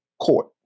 court